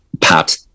pat